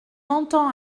entend